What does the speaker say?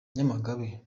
nyamagabe